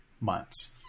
months